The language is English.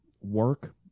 work